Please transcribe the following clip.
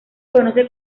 conoce